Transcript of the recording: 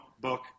book